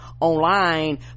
online